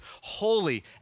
holy